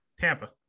Tampa